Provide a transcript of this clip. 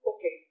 Okay